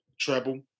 treble